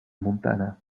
montana